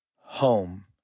Home